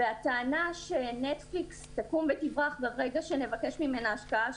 והטענה שנטפליקס תקום ותברח ברגע שנבקש ממנה השקעה